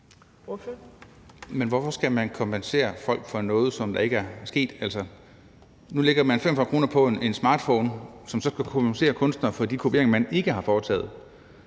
Hvorfor skal man kompensere folk for noget, som ikke er sket? Nu lægger man en afgift på 45 kr. på smartphones, som så skal kompensere kunstnere for de kopieringer, man ikke har foretaget.